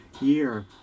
year